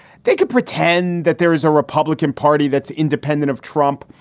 they could pretend that there is a republican party that's independent of trump.